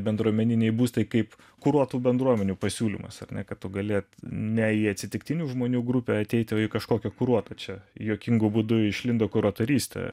bendruomeniniai būstai kaip kuruotų bendruomenių pasiūlymas ar ne kad tu gali ne į atsitiktinių žmonių grupę ateiti o į kažkokią kuruotą čia juokingu būdu išlindo kuratorystė